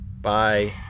bye